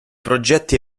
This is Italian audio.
progetti